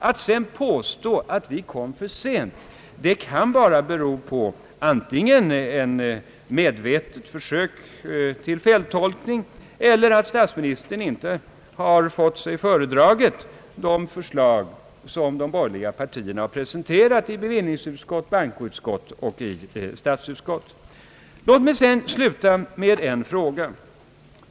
Att sedan påstå att vi kom för sent kan bara bero på antingen ett medvetet försök till feltolkning eller att statsministern inte har fått sig föredragna de förslag som de borgerliga partierna har presenterat i bevillningsutskott, bankoutskott och statsutskott. Låt mig få avsluta detta anförande med att ställa en fråga.